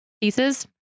pieces